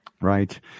Right